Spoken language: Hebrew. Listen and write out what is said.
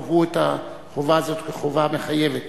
קבעו את החובה הזאת כחובה מחייבת.